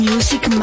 Music